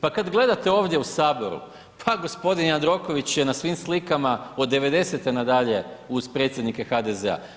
Pa kad gledate ovdje u Saboru, pa g. Jandroković je na svim slikama od 90-e na dalje uz predsjednike HDZ-a.